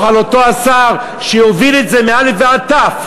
על אותו השר שיוביל את זה מא' ועד ת'.